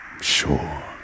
Sure